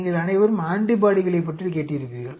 நீங்கள் அனைவரும் ஆன்டிபாடிகளைப் பற்றி கேட்டிருப்பீர்கள்